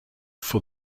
for